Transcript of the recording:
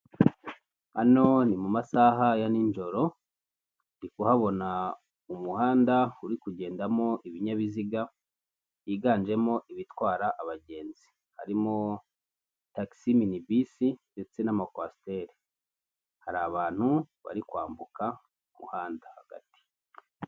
Hano ni mu masaha ya nijoro ndi kuhabona umuhanda uri kugendamo ibinyabiziga byiganjemo ibitwara abagenzi, harimo tagigisi mini bisi, ndetse n'amakwasiteri, hari abantu bari kwambuka umuhanda hagati.